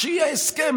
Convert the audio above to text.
כשיהיה הסכם,